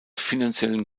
finanziellen